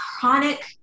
chronic